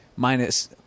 Minus